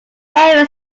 ever